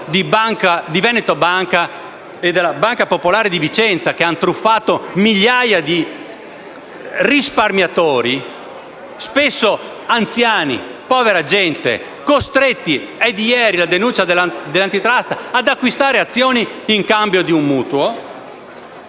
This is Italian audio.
di Veneto Banca e della Banca Popolare di Vicenza che hanno truffato migliaia di risparmiatori, spesso anziani, povere persone, costrette - è di ieri la denuncia dell*'*Antitrust - ad acquistare azioni in cambio di un mutuo.